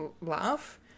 laugh